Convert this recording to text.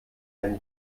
wenn